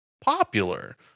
popular